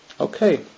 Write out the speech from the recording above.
Okay